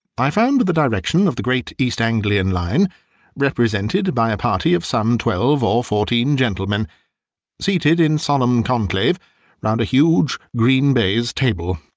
i found but the direction of the great east anglian line represented by a party of some twelve or fourteen gentlemen seated in solemn conclave round a huge green baize table,